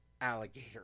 alligator